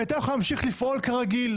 והייתה יכולה להמשיך לפעול כרגיל